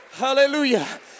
Hallelujah